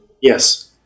Yes